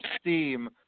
steam